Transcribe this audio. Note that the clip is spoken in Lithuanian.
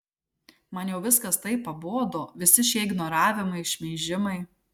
man jau viskas taip pabodo visi šie ignoravimai šmeižimai